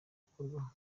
gukorwaho